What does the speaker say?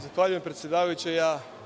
Zahvaljujem, predsedavajuća.